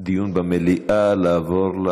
דיון במליאה, לעבור,